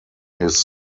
his